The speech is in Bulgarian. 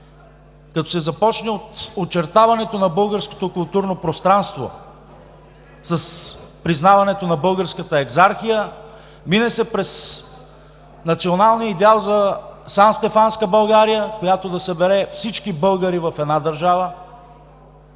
като се започне от очертаването на българското културно пространство с признаването на Българската екзархия, мине се през националния идеал за Санстефанска България, която да събере всички българи в една държава,